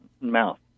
mouth